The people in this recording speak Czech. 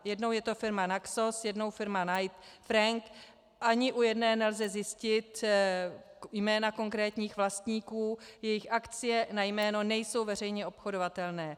Jednou je to firma Naxos, jednou firma Knight Frank, ani u jedné nelze zjistit jména konkrétních vlastníků, jejich akcie na jméno nejsou veřejně obchodovatelné.